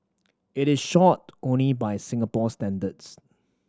it is short only by Singapore standards